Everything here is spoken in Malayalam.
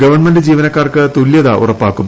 ഗവൺമെന്റ് ജീവനക്കാർക്ക് തുല്യത ഉറപ്പാക്കും